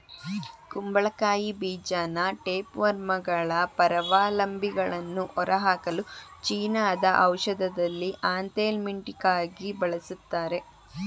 ಕುಂಬಳಕಾಯಿ ಬೀಜನ ಟೇಪ್ವರ್ಮ್ಗಳ ಪರಾವಲಂಬಿಗಳನ್ನು ಹೊರಹಾಕಲು ಚೀನಾದ ಔಷಧದಲ್ಲಿ ಆಂಥೆಲ್ಮಿಂಟಿಕಾಗಿ ಬಳಸ್ತಾರೆ